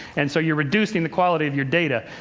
and so you're reducing the quality of your data.